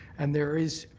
and there is,